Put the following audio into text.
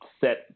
set